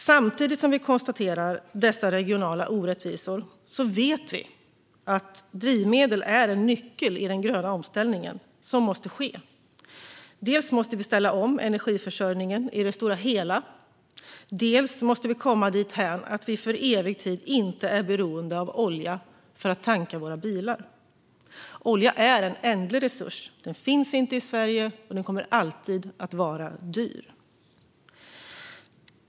Samtidigt som vi konstaterar dessa regionala orättvisor vet vi att drivmedel är en nyckel i den gröna omställning som måste ske. Dels måste vi ställa om energiförsörjningen i det stora hela, dels måste vi komma dithän att vi för evig tid inte är beroende av olja för att tanka våra bilar. Olja är en ändlig resurs, den finns inte i Sverige och den kommer alltid att vara dyr.